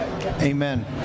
Amen